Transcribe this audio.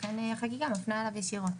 לכן החקיקה מפנה אליו ישירות.